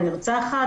הנרצחת,